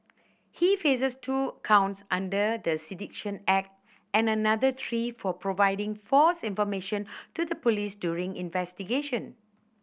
he faces two counts under the Sedition Act and another three for providing false information to the police during investigation